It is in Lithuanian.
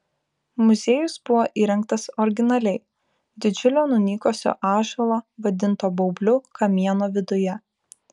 muziejus buvo įrengtas originaliai didžiulio nunykusio ąžuolo vadinto baubliu kamieno viduje